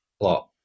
plot